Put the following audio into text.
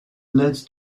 lead